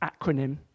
acronym